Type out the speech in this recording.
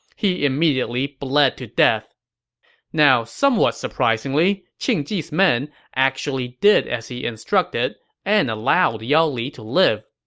he immediately bled to death now, somewhat surprisingly, qing ji's men actually did as he instructed and allowed yao li to live.